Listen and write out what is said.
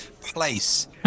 place